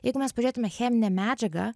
jeigu mes pažiūrėtume cheminę medžiagą